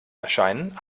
erscheinen